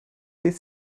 beth